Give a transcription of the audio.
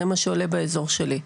זה מה שעולה באזור שלי.